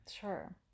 sure